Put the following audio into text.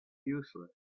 useless